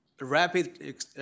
rapid